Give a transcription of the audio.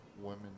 women